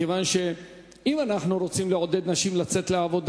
כיוון שאם אנחנו רוצים לעודד נשים לצאת לעבודה,